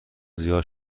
زیاد